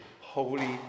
holy